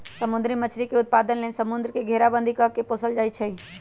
समुद्री मछरी के उत्पादन लेल समुंद्र के घेराबंदी कऽ के पोशल जाइ छइ